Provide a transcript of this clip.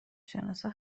شناسا